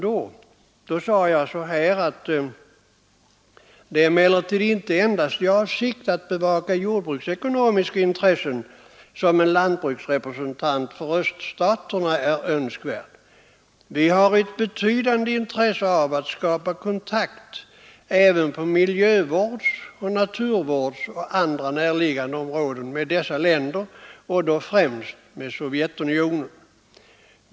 Jag sade: ”Nu är det emellertid inte bara för bevakningen av jordbruksekonomiska intressen som en lantbruksrepresentant för öststaterna är önskvärd. Vi har ett betydande intresse av att skapa kontakt även på miljövårdens, naturvårdens och näraliggande områden, inte minst med Sovjetunionen.